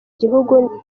gihugu